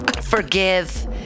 forgive